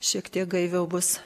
šiek tiek gaiviau bus